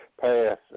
pass